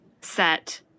Set